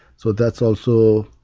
so that's also